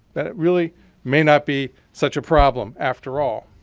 that it really may not be such a problem after all.